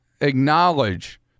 acknowledge